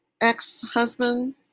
ex-husband